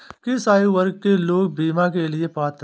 किस आयु वर्ग के लोग बीमा के लिए पात्र हैं?